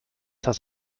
das